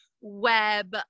web